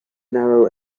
narrow